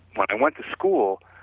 when i went to school,